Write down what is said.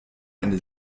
eine